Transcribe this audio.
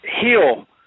Heal